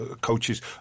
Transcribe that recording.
coaches